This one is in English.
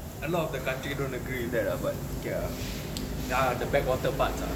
a lot of the country don't agree with that lah but okay ah there are the backwater parts ah